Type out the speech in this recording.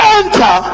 enter